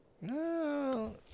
No